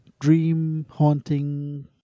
dream-haunting